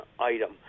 item